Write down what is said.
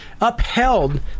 upheld